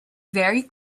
very